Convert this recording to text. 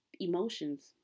emotions